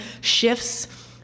shifts